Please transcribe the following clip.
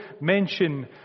mention